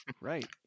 Right